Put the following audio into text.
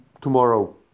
tomorrow